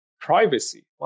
privacy